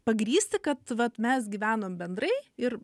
pagrįsti kad vat mes gyvenom bendrai ir